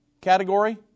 category